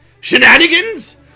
Shenanigans